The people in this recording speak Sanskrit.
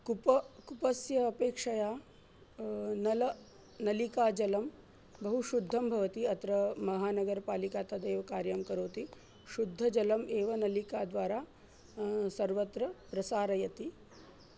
कूपः कूपस्य अपेक्षया नलं नलिकाजलं बहुशुद्धं भवति अत्र महानगरपालिका तदेव कार्यं करोति शुद्धजलम् एव नलिकाद्वारा सर्वत्र प्रसारयति